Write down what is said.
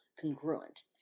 congruent